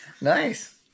Nice